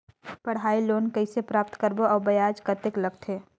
पढ़ाई लोन कइसे प्राप्त करबो अउ ब्याज कतेक लगथे?